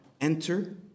enter